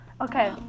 Okay